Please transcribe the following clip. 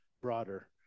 broader